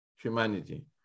humanity